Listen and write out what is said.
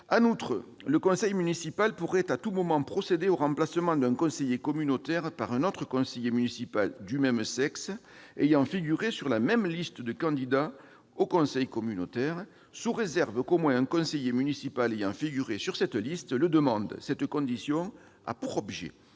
ailleurs, le conseil municipal pourrait à tout moment procéder au remplacement d'un conseiller communautaire par un autre conseiller municipal du même sexe et ayant figuré sur la même liste de candidats au conseil communautaire, sous réserve qu'au moins un conseiller municipal ayant figuré sur cette liste le demande. Cette condition a pour objet